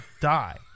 die